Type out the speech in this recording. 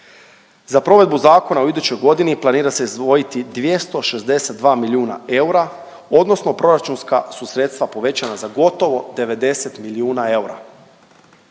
Za provedbu zakona u idućoj godini planira se izdvojiti 262 milijuna eura odnosno proračunska su sredstva povećana za gotovo 90 milijuna eura.